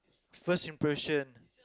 first impression